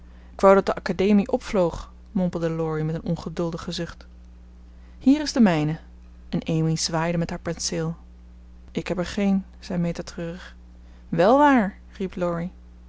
k wou dat de academie opvloog mompelde laurie met een ongeduldige zucht hier is de mijne en amy zwaaide met haar penseel ik heb er geen zei meta treurig wel waar